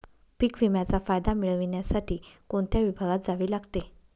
पीक विम्याचा फायदा मिळविण्यासाठी कोणत्या विभागात जावे लागते?